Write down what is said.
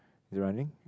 it's running